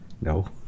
No